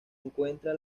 encuentra